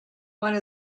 one